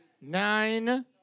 nine